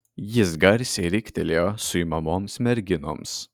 jis garsiai riktelėjo suimamoms merginoms